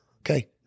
okay